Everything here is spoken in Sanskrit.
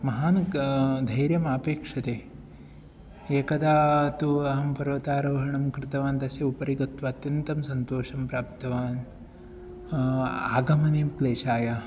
महान् धैर्यम् अपेक्षते एकदा तु अहं पर्वतारोहणं कृतवान् तस्य उपरि गत्वा अत्यन्तं सन्तोषं प्राप्तवान् आगमने क्लेशाय